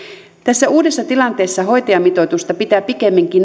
tässä uudessa tilanteessa hoitajamitoitusta pitää pikemminkin